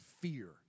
fear